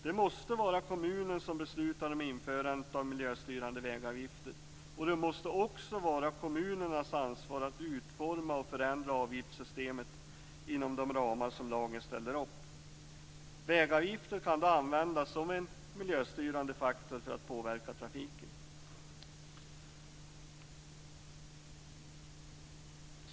Det måste vara kommunen som beslutar om införandet av miljöstyrande vägavgifter. Det måste också vara kommunernas ansvar att utforma och förändra avgiftssystemet inom de ramar som lagen ställer upp. Vägavgifter kan då användas som en miljöstyrande faktor för att påverka trafiken.